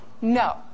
No